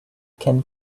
can